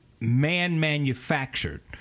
man-manufactured